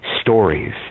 stories